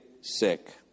sick